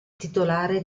titolare